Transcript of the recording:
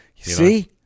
See